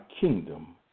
kingdom